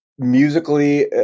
musically